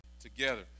together